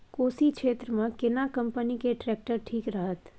कोशी क्षेत्र मे केना कंपनी के ट्रैक्टर ठीक रहत?